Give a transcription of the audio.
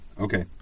Okay